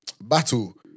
Battle